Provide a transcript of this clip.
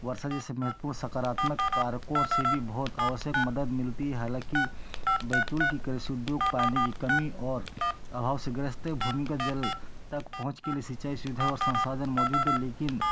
वर्षा जैसे महत्वपूर्ण सकारात्मक कारकों से भी बहुत आवश्यक मदद मिलती हालाँकि बैतूल की कृषि उद्योग पानी की कमी और अभाव से ग्रसित भूमि का जल तक पहुँच के लिए सिंचाई सुविधा और संशाधन मौजूद है लेकिन